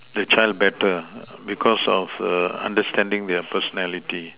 the child better because of err understanding their personality